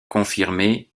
confirmés